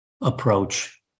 approach